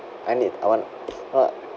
and it I want uh